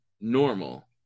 normal